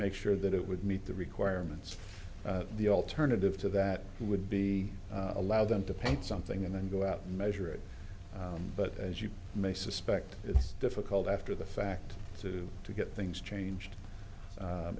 make sure that it would meet the requirements the alternative to that would be allow them to paint something and then go out and measure it but as you may suspect it's difficult after the fact to to get things changed